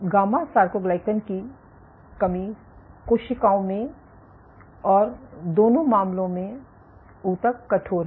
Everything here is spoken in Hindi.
गामा सरकोग्लयकन की कमी कोशिकाओं में और दोनों मामलों में ऊतक कठोर है